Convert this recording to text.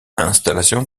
installation